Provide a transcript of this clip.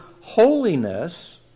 holiness